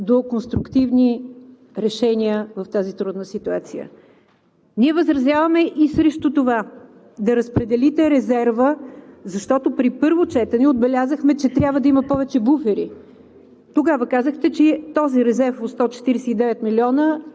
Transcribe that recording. Един ход, който няма да доведе отново до конструктивни решения в тази трудна ситуация. Ние възразяваме и срещу това – да разпределите резерва, защото при първо четене отбелязахме, че трябва да има повече буфери.